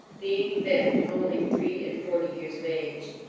being then only three-and-forty years of age.